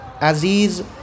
Aziz